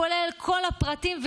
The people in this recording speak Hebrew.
כולל כל הפרטים,